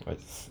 what's